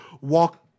walk